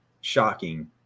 shocking